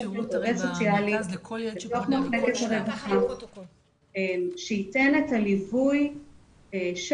להיות עובד סוציאלי בתוך --- שייתן את הליווי של